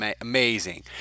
amazing